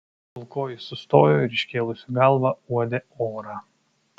pilkoji sustojo ir iškėlusi galvą uodė orą